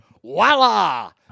Voila